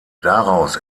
daraus